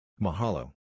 Mahalo